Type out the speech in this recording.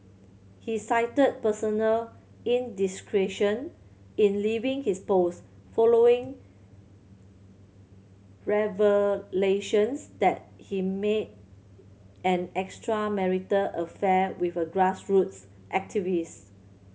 he cited personal indiscretion in leaving his post following revelations that he made an extramarital affair with a grassroots activist